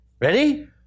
Ready